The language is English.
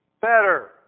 better